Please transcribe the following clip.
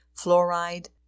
fluoride